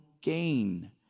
gain